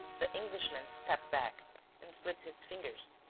the englishman stepped back and slipped his fingers,